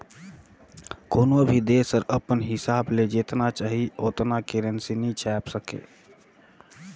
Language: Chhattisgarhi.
कोनो भी देस हर अपन हिसाब ले जेतना चाही ओतना करेंसी नी छाएप सके